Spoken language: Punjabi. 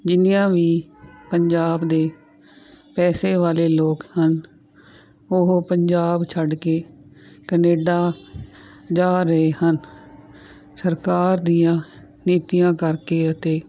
ਜਿੰਨੀਆਂ ਵੀ ਪੰਜਾਬ ਦੇ ਪੈਸੇ ਵਾਲੇ ਲੋਕ ਹਨ ਉਹ ਪੰਜਾਬ ਛੱਡ ਕੇ ਕਨੇਡਾ ਜਾ ਰਹੇ ਹਨ ਸਰਕਾਰ ਦੀਆਂ ਨੀਤੀਆਂ ਕਰਕੇ ਅਤੇ